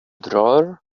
drawer